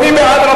מי בעד?